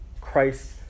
Christ